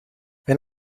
wenn